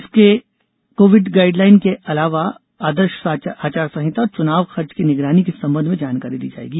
इसके COVID guideline के अलावा आदर्श आचार संहिता और चुनाव खर्च की निगरानी के संबंध में जानकारी दी जायेगी